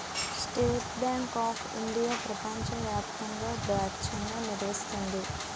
state bank of India ప్రపంచ వ్యాప్తంగా బ్రాంచ్లను నిర్వహిస్తుంది